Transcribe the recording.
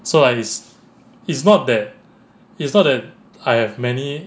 so like it's it's not that it's not that I have many